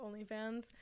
OnlyFans